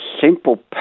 simple